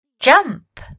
jump